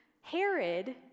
Herod